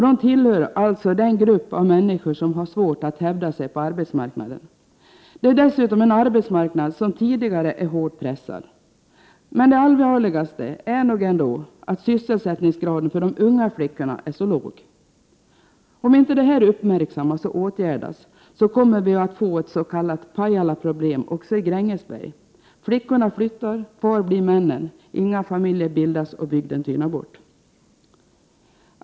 De tillhör alltså den grupp av människor som har svårt att hävda sig på arbetsmarknaden, dessutom en arbetsmarknad som redan tidigare är hårt pressad. Det allvarligaste är nog ändå att sysselsättningsgraden för de unga flickorna är så låg. Om inte detta uppmärksammas och åtgärdas, kommer vi att få ett s.k. Pajalaproblem också i Grängesberg: flickorna flyttar, kvar blir männen, inga familjer bildas och bygden tynar bort.